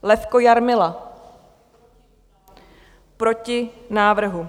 Levko Jarmila: Proti návrhu.